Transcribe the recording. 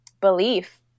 belief